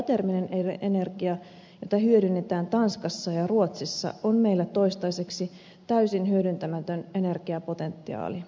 geoterminen energia jota hyödynnetään tanskassa ja ruotsissa on meillä toistaiseksi täysin hyödyntämätön energiapotentiaali